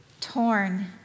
torn